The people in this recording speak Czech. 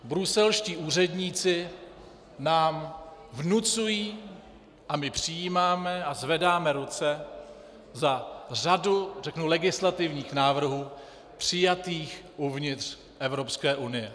Bruselští úředníci nám vnucují a my přijímáme a zvedáme ruce pro řadu legislativních návrhů přijatých uvnitř Evropské unie.